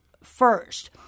first